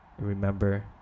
remember